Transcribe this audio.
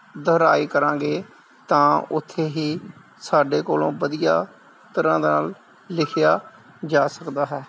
ਦੋਹਰਾਈ ਕਰਾਂਗੇ ਤਾਂ ਉੱਥੇ ਹੀ ਸਾਡੇ ਕੋਲੋਂ ਵਧੀਆ ਤਰ੍ਹਾਂ ਨਾਲ ਲਿਖਿਆ ਜਾ ਸਕਦਾ ਹੈ